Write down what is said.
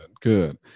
good